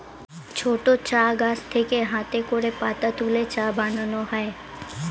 ছোট চা গাছ থেকে হাতে করে পাতা তুলে চা বানানো হয়